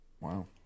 Wow